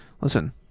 listen